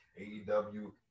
AEW